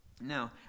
Now